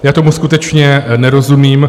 Já tomu skutečně nerozumím.